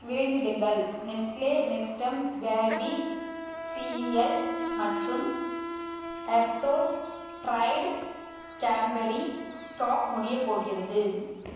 விரைந்திடுங்கள் Nestle Nestum baby cereal மற்றும் எர்தோன் டிரைடு கேன்பெர்ரி ஸ்டாக் முடியப்போகிறது